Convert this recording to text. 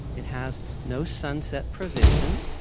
it has no sunset provision,